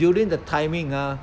during the timing ah